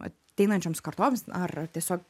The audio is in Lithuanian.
ateinančioms kartoms ar tiesiog